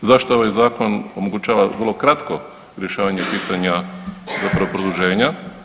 Zašto ovaj zakon omogućava vrlo kratko rješavanje pitanja zapravo produženja?